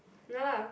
no lah